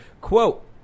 quote